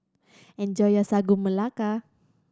enjoy your Sagu Melaka